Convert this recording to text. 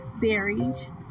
berries